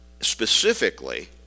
specifically